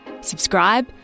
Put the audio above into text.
Subscribe